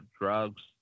drugs